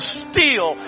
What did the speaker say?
steal